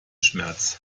schmerz